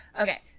Okay